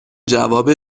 جواب